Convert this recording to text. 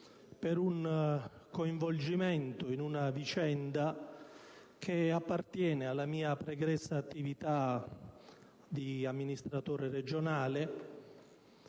per il coinvolgimento in una vicenda che appartiene alla mia pregressa attività di amministratore regionale